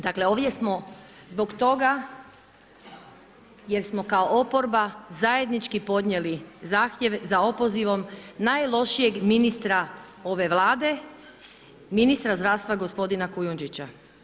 Dakle ovdje smo zbog toga jer smo kao oporba zajednički podnijeli zahtjev za opozivom najlošijeg ministra ove Vlade, ministra zdravstva gospodina Kujundžića.